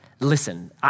Listen